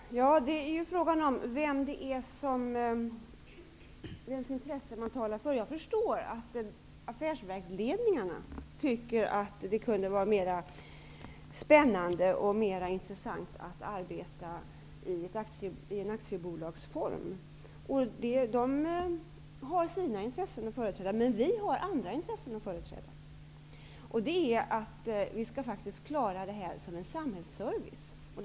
Herr talman! Det är frågan om vems intresse man talar för. Jag förstår att affärsverksledningarna tycker att det kunde vara mera spännande och mera intressant att arbeta i aktiebolagsform. De har sina intressen att företräda, men vi har att företräda andra intressen, och det är att vi skall klara att ge en samhällsservice.